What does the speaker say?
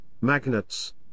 magnets